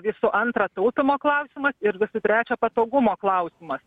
visų antra taupymo klausimas ir trečia patogumo klausimas